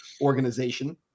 Organization